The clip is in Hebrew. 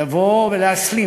לבוא ולהסלים